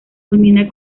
culmina